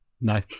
no